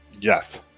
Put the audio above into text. Yes